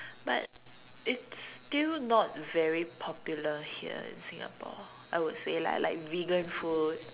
but it's still not very popular here in Singapore I would say lah like vegan food